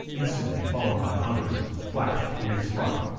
instantly followed by others, flashed in its front.